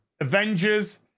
Avengers